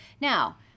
Now